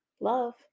Love